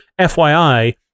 fyi